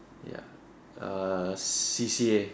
ya err C_C_A